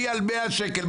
אני על 100 שקלים,